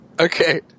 Okay